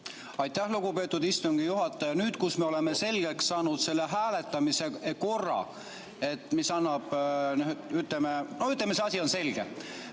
Aitäh, lugupeetud istungi juhataja! Nüüd, kus me oleme selgeks saanud selle hääletamise korra, mis annab ... No ütleme, et see asi on selge